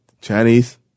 Chinese